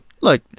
Look